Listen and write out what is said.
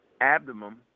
abdomen